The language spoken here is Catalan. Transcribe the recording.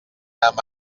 amb